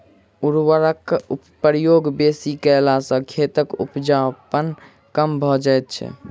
उर्वरकक प्रयोग बेसी कयला सॅ खेतक उपजाउपन कम भ जाइत छै